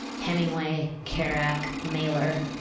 hemingway, kerouac, mailer,